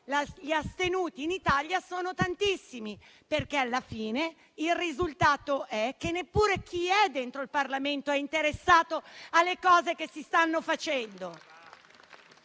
gli astenuti in Italia sono stati tantissimi, perché alla fine il risultato è che neppure chi è dentro il Parlamento è interessato alle cose che si stanno facendo.